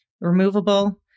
removable